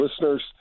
listeners